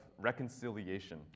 reconciliation